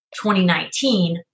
2019